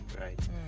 right